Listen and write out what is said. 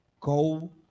Go